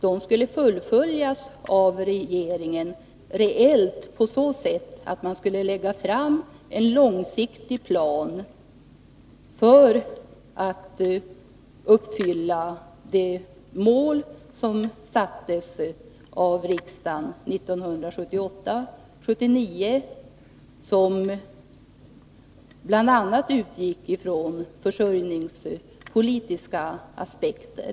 Det skulle fullföljas reellt av regeringen på så sätt att regeringen skulle lägga fram en långsiktig plan för att uppnå det mål som sattes av riksdagen 1978/79 och som bl.a. utgick från försörjningspolitiska aspekter.